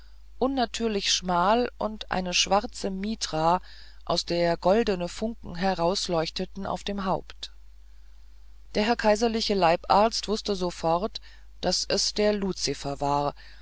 unnatürlich schmal und eine schwarze mitra aus der goldene funken herausleuchteten auf dem haupt der herr kaiserliche leibarzt wußte sofort daß es der luzifer war